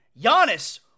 Giannis